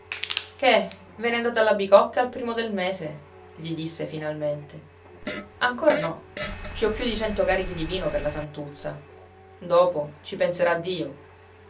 che ve ne andate alla bicocca al primo del mese gli disse finalmente ancora no ci ho più di cento carichi di vino per la santuzza dopo ci penserà dio